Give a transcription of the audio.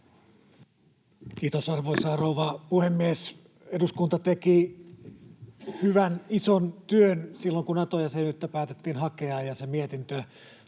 Kiitos, arvoisa rouva puhemies! Eduskunta teki hyvän, ison työn silloin, kun Nato-jäsenyyttä päätettiin hakea, ja sitä